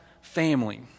family